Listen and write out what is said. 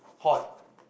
hot